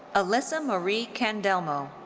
alyssa marie candelmo.